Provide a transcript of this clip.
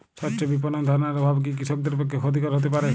স্বচ্ছ বিপণন ধারণার অভাব কি কৃষকদের পক্ষে ক্ষতিকর হতে পারে?